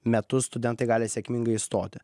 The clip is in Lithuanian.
metu studentai gali sėkmingai įstoti